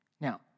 Now